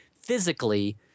physically